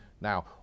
now